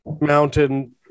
mountain